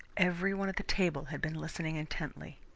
every one at the table had been listening intently.